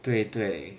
对对